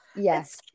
Yes